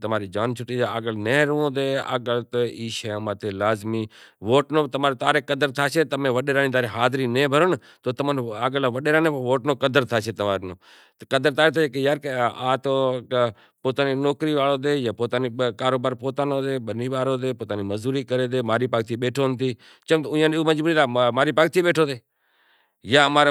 تماری جان چھوٹے جائے ووٹ نو بھی تمارے ووٹ نو بھی قدر تھاسے۔ چم ایئاں نی مجبوری سے کہ اماں ری پارٹی میں بیٹھو سے جاں اماں رے